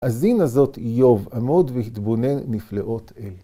‫אזין הזאת יוב עמוד ‫והתבונן נפלאות אל.